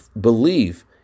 believe